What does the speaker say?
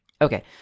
Okay